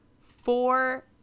four